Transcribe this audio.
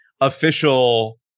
official